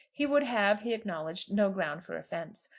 he would have, he acknowledged, no ground for offence.